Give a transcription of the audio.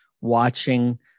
watching